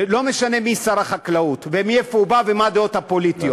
לא משנה מי שר החקלאות ומאיפה הוא בא ומה הדעות הפוליטיות.